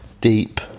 deep